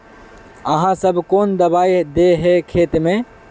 आहाँ सब कौन दबाइ दे है खेत में?